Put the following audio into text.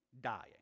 dying